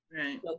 Right